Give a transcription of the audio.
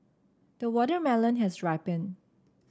the watermelon has ripened